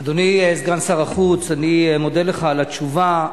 אדוני סגן שר החוץ, אני מודה לך על התשובה.